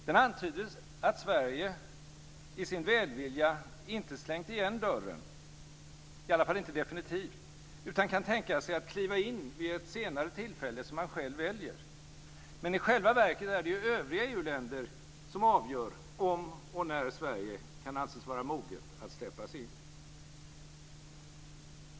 Den antyder att Sverige i sin välvilja inte har slängt igen dörren, i alla fall inte definitivt, utan kan tänka sig att kliva in vid ett senare tillfälle som man själv väljer. Men i själva verket är det ju övriga EU-länder som avgör om och när Sverige kan anses vara moget att släppas in.